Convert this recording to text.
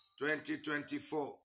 2024